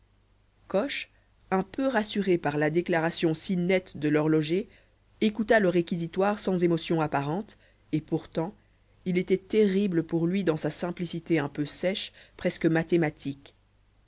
coche un peu rassuré par la déclaration si nette de l'horloger écouta le réquisitoire sans émotion apparente et pourtant il était terrible pour lui dans sa simplicité un peu sèche presque mathématique